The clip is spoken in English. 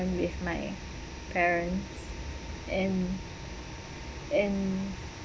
with my parents and and